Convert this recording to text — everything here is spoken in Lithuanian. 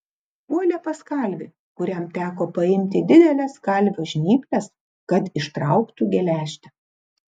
puolė pas kalvį kuriam teko paimti dideles kalvio žnyples kad ištrauktų geležtę